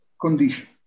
condition